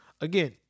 Again